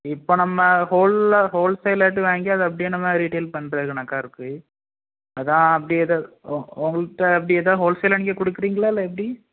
இப்போ நம்ம ஹோல்சேல்லாட்டு வாங்கி அதை அப்படியே நம்ம ரீட்டெயில் பண்ணுறது கணக்கா இருக்குது அதான் அப்படி ஏதாவது உங்கள்ட்ட அப்படி ஏதாவது ஹோல்சேலா நீங்கள் கொடுக்கிறிங்களா இல்லை எப்படி